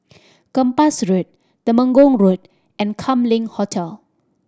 Kempas Road Temenggong Road and Kam Leng Hotel